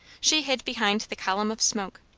she hid behind the column of smoke,